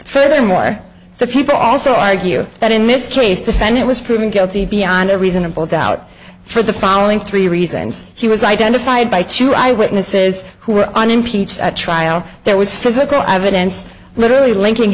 furthermore the people also argue that in this case defendant was proven guilty beyond a reasonable doubt for the following three reasons he was identified by two eyewitnesses who were on impeached at trial there was physical evidence literally linking